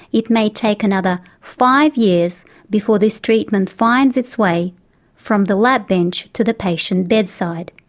it may take another five years before this treatment finds its way from the lab bench to the patient bedside.